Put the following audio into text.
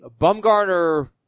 Bumgarner